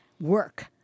work